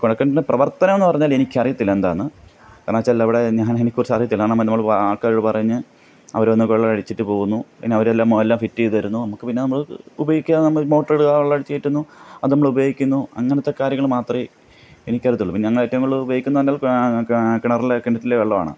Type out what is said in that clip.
കുഴൽക്കിണറ്റിന്റെ പ്രവർത്തനമെന്ന് പറഞ്ഞാൽ എനിക്കറിയത്തില്ല എന്താണെന്ന് കാരണെം എന്ന് വച്ചാൽ അവിടെ ഞാൻ അതിനേക്കുറിച്ച് അറിയത്തില്ല കാരണം നമ്മൾ ആൾക്കാരോട് പറഞ്ഞ് അവർ വന്നൊക്കെ വെള്ളമടിച്ചിട്ട് പോകുന്നു പിന്നെ അവരെല്ലാം എല്ലാം ഫിറ്റ് ചെയ്ത് തരുന്നു നമുക്ക് പിന്നെ നമ്മൾ ഉപയോഗിക്കുക നമ്മൾ മോട്ടറിടുക വെള്ളം അടിച്ചുകയറ്റുന്നു അത് നമ്മളുപയോഗിക്കുന്നു അങ്ങനത്തെ കാര്യങ്ങൾ മാത്രമേ എനിക്കറിയത്തുള്ളു പിന്നെ ഞങ്ങൾ ഏറ്റവും കൂടുതൽ ഉപയോഗിക്കുന്നു പറഞ്ഞാൽ കിണറിലെ കിണറ്റിലെ വെള്ളമാണ്